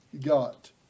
got